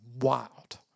wild